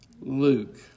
Luke